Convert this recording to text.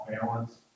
balance